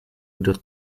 kdo